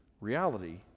reality